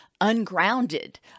ungrounded